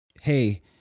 Hey